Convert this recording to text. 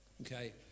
okay